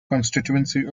constituency